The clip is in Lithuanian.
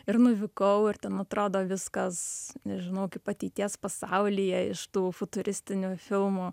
ir nuvykau ir ten atrodo viskas nežinau kaip ateities pasaulyje iš tų futuristinių filmų